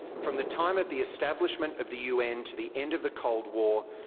from the time of the establishment of the un to the end of the cold war,